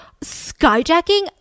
skyjacking